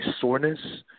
soreness